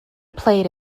played